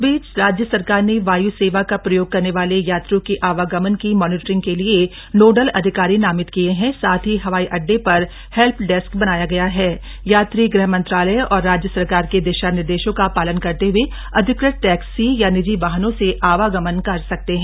इस बीच राज्य सरकार ने वायु सेवा का प्रयोग करने वाले यात्रियों के आवागमन की मानिटरिंग के लिए नोडल अधिकारी नामित किये है साथ ही हवाई आड्डे पर हेल्प डेस्क बनाया गया है यात्री गृह मंत्रालय और राज्य सरकार के दिशा निर्देशों का पालन करते हुए अधिकृत टैक्सी या निजी वाहनों से आवागमन कर सकते है